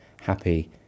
happy